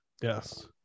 Yes